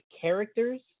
characters